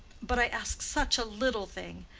but i ask such a little thing.